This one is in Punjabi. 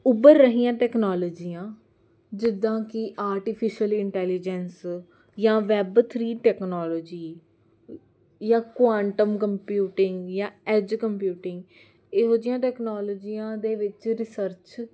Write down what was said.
ਉਭਰ ਰਹੀਆਂ ਟੈਕਨੋਲੋਜੀਆਂ ਜਿੱਦਾਂ ਕਿ ਆਰਟੀਫਿਸ਼ਅਲੀ ਇੰਟੈਲੀਜੈਂਸ ਜਾਂ ਵੈਬ ਥਰੀ ਟੈਕਨੋਲੋਜੀ ਜਾਂ ਕੁਆਟਮ ਕੰਪਿਊਟਿੰਗ ਜਾਂ ਐਜ ਕੰਪਿਊਟਿੰਗ ਇਹੋ ਜਿਹੀਆਂ ਟੈਕਨੋਲੋਜੀਆਂ ਦੇ ਵਿੱਚ ਰਿਸਰਚ